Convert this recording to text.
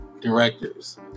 directors